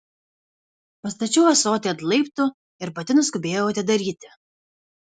pastačiau ąsotį ant laiptų ir pati nuskubėjau atidaryti